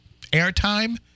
airtime